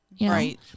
right